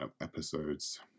episodes